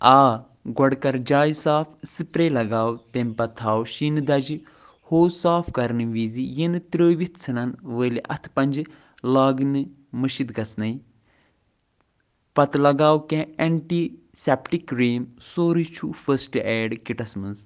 آ گۄڈٕ کر جایہِ صاف سپریٚے لگاو تمہِ پتہٕ تھاو شیٖنہٕ دَجہِ ہوژ صاف كرنہٕ وِزِ یِنہٕ تٕرٛٲوِتھ ژٕھنن وٲلۍ اتھہٕ پنٛجہِ لاگنہٕ مشِتھ گژھنٔے پتہٕ لگاو كیٚنٛہہ ایٚنٹی سیٚپٹِک كرٛیٖم سورُے چھُ فٔرسٹہٕ ایڈ کِٹس منٛز